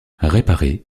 réparée